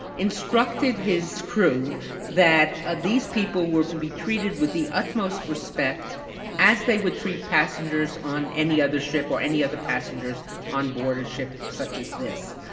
instructed his crew that ah these people were to be treated with the utmost respect as they would treat passengers on any other ship or any other passengers onboard a ship such as this.